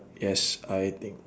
yes I think